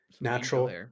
natural